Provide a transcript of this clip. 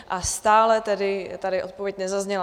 A stále tady tedy odpověď nezazněla.